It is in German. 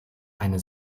eine